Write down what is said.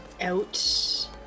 out